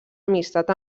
amistat